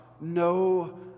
No